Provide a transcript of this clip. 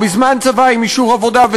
או בזמן צבא עם אישור עבודה,